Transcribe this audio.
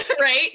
right